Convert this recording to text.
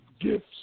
gifts